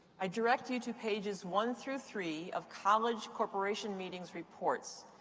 i direct you to pages one through three of college corporation meetings reports.